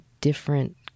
different